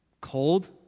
cold